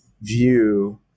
view